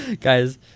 Guys